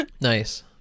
Nice